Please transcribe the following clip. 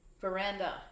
veranda